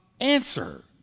answer